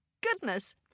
goodness